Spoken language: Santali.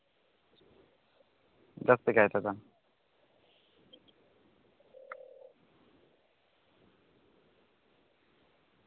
ᱡᱟᱹᱥᱛᱤ ᱠᱟᱭᱛᱮᱫᱚ